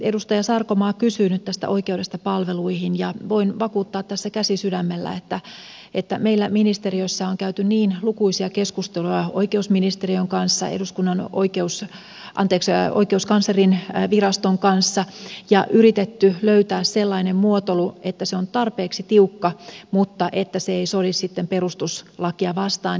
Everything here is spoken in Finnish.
edustaja sarkomaa kysyy nyt tästä oikeudesta palveluihin ja voin vakuuttaa tässä käsi sydämellä että meillä ministeriössä on käyty lukuisia keskusteluja oikeusministeriön kanssa oikeuskanslerinviraston kanssa ja on yritetty löytää sellainen muotoilu että se on tarpeeksi tiukka mutta että se ei sodi perustuslakia vastaan